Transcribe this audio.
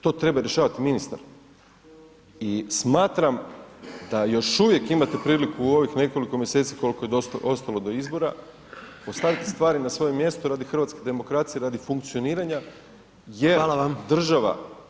To treba rješavati ministar i smatram da još uvijek imate priliku u ovih nekoliko mjeseci koliko je ostalo do izbora postaviti stvari na svoje mjesto radi hrvatske demokracije, radi funkcioniranja jer [[Upadica: Hvala vam.]] jer država